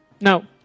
No